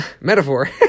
Metaphor